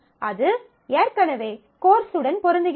அது ஏற்கனவே கோர்ஸ் உடன் பொருந்துகிறது